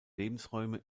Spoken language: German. lebensräume